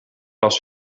last